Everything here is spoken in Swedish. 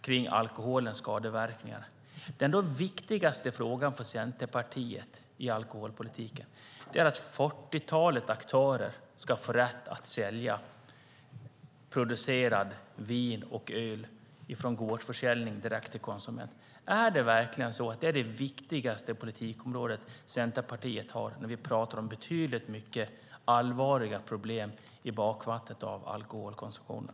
Ändå är den viktigaste alkoholpolitiska frågan för Centerpartiet att fyrtiotalet aktörer ska få rätt att via gårdsförsäljning sälja egenproducerat vin och öl direkt till konsumenten. Är detta verkligen det viktigaste för Centerpartiet när vi talar om betydligt allvarligare problem i bakvattnet av alkoholkonsumtionen?